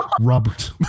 Robert